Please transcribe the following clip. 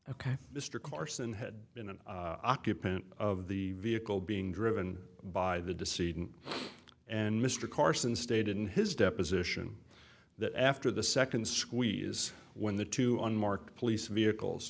ok mr carson had been an occupant of the vehicle being driven by the deceit and mr carson stated in his deposition that after the second squeeze when the two unmarked police vehicles